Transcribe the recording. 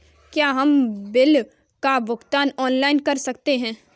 क्या हम बिल का भुगतान ऑनलाइन कर सकते हैं?